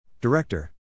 Director